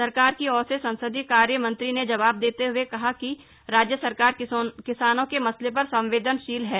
सरकार की ओर से संसदीय कार्य मंत्री ने जबाव देते हुए कहा कि राज्य सरकार किसानों के मसले पर संवेदनशील है